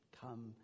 come